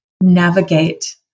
navigate